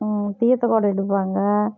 தீர்த்த குடம் எடுப்பாங்க